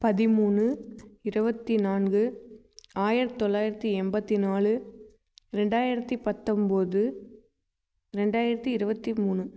பதிமூணு இருபத்தி நான்கு ஆயிரத்து தொள்ளாயிரத்து எண்பத்தி நாலு ரெண்டாயிரத்து பத்தம்பது ரெண்டாயிரத்து இருபத்தி மூணு